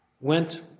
went